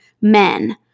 men